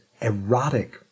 erotic